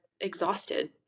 exhausted